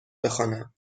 بخوانم